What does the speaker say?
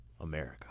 America